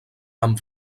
amb